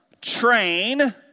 train